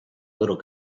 little